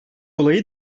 olayı